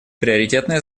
приоритетное